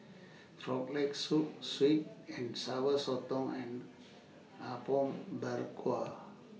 Frog Leg Soup Sweet and Sour Sotong and Apom Berkuah